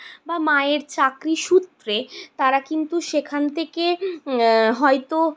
বা মায়ের চাকরি সূত্রে তারা কিন্তু সেখান থেকে হয়তো